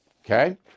Okay